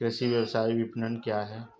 कृषि व्यवसाय विपणन क्या है?